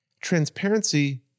Transparency